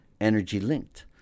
energy-linked